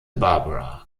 barbara